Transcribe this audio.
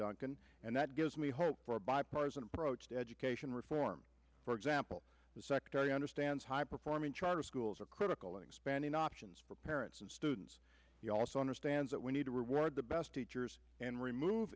duncan and that gives me hope for a bipartisan approach to education reform for example the secretary understands high performing charter schools are critical in expanding options for parents and students he also understands that we need to reward the best teachers and remove